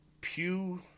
Pew